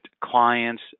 clients